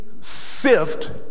sift